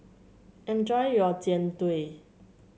enjoy your Jian Dui